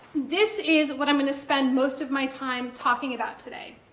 this is what i'm going to spend most of my time talking about today.